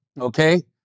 okay